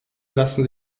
lassen